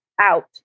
Out